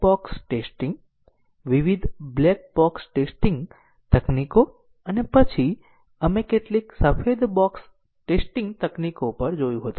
path testing માં અમે testing કેસો ડિઝાઇન કરીએ છીએ અથવા પાથ કવરેજ હાંસલ કરવા માટે ટેસ્ટીંગ કેસોની જરૂર પડે છે